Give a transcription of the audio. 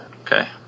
okay